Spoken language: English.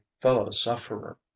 fellow-sufferer